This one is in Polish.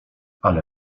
ale